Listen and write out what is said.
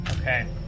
Okay